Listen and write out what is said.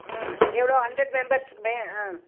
ம் எவ்வளோ ஹண்டர்ட் மெம்பர்ஸுக்குமே ஆ